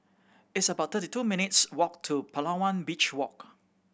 it's about thirty two minutes' walk to Palawan Beach Walk